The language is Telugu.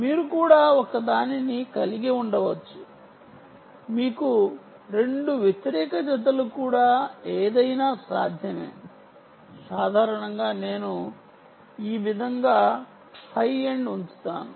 మీరు కూడా ఒకదానిని కలిగి ఉండవచ్చు మీకు రెండు వ్యతిరేక జతలు కూడా ఏదైనా సాధ్యమే సాధారణంగా నేను ఈ విధంగా హై ఎండ్ ఉంచుతాను